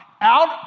out